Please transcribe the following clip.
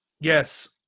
Yes